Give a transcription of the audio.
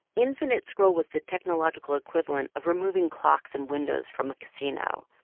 infinite scroll was the technological equivalent of removing clocks and windows from a casino.